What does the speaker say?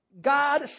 God